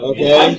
Okay